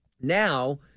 now